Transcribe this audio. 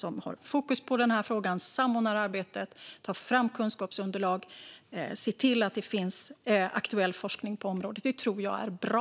Den har fokus på frågan, samordnar arbetet, tar fram kunskapsunderlag och ser till att det finns aktuell forskning på området. Det tror jag är bra.